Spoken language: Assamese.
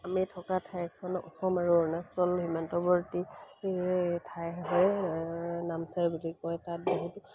আমি থকা ঠাইখন অসম আৰু অৰুণাচল সীমান্তৱৰ্তী ঠাই হয় নামচাই বুলি কয় তাত বহুতো